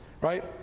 right